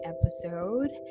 episode